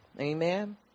Amen